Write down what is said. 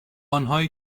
آنهایی